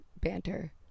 banter